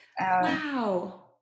Wow